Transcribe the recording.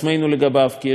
כי יש בו יתרונות וחסרונות,